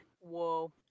Whoa